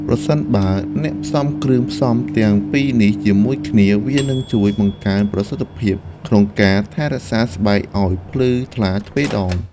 ប្រសិនបើអ្នកផ្សំគ្រឿងផ្សំទាំងពីរនេះជាមួយគ្នា វានឹងជួយបង្កើនប្រសិទ្ធភាពក្នុងការថែរក្សាស្បែកឲ្យភ្លឺថ្លាទ្វេដង។